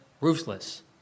ruthless